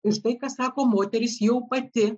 ir štai ką sako moteris jau pati